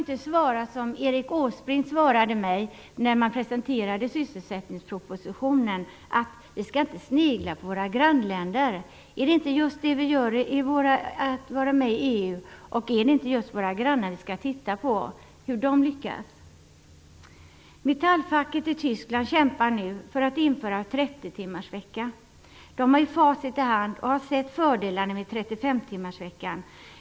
När sysselsättningspropositionen presenterades sade Erik Åsbrink till mig att vi inte skall snegla på våra grannländer. Så kan man ju inte säga. Är det inte just det vi gör när vi är med i EU? Skall vi inte titta just på hur våra grannländer lyckas? Metallfacket i Tyskland kämpar nu för att införa en 30-timmarsvecka. Där har man facit i hand och har sett fördelarna med en 35-timmarsvecka.